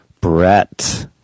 brett